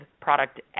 product